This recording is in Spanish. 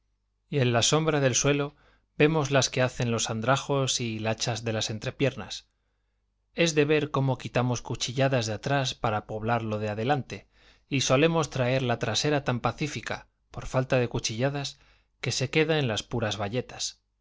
y en la sombra del suelo vemos las que hacen los andrajos y hilachas de las entrepiernas es de ver cómo quitamos cuchilladas de atrás para poblar lo de adelante y solemos traer la trasera tan pacífica por falta de cuchilladas que se queda en las puras bayetas